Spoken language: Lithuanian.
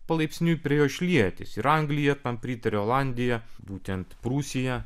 palaipsniui prie jos šlietis ir anglija tam pritarė olandija būtent prūsija